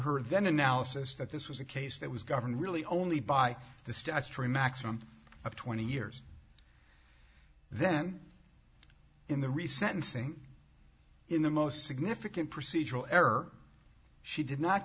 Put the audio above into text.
her then analysis that this was a case that was governed really only by the statutory maximum of twenty years then in the recent thing in the most significant procedural error she did not